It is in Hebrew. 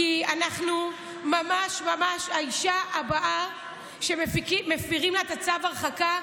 כי האישה הבאה שמפירים לה את צו ההרחקה,